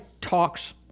talks